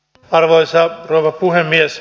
arvoisa rouva puhemies